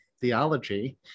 Theology